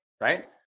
right